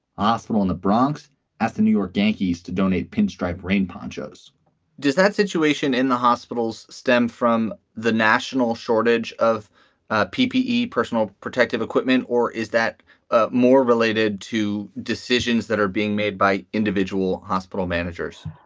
ah hospital in the bronx as the new york yankees to donate pinstripe rain ponchos does that situation in the hospitals stem from the national shortage of ppe personal protective equipment, or is that ah more related to decisions that are being made by individual hospital managers?